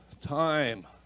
time